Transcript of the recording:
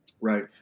Right